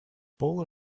bowl